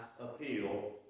appeal